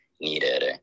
needed